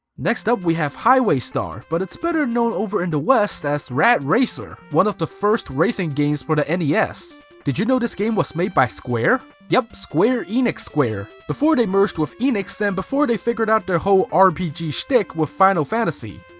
next up we have highway star, but it's better known over in the west as rad racer, one of the first racing games for the nes. did you know this game was made by square? yup, square enix square, before they merged with enix and before they figured out their whole rpg shtick with final fantasy.